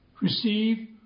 receive